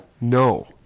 no